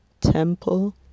Temple